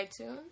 iTunes